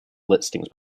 listings